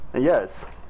Yes